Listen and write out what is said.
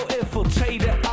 infiltrator